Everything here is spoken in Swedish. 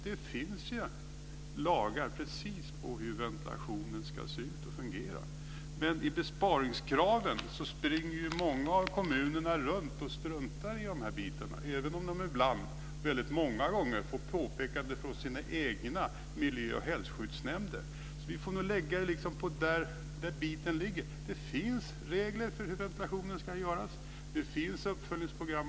Det finns lagar som reglerar hur ventilationen ska fungera. Men i sina besparingskrav struntar många kommuner i dessa bitar, även om de ibland många gånger får påpekanden från sina egna miljö och hälsoskyddsnämnder. Det finns regler för hur ventilationen ska utformas och det finns uppföljningsprogram.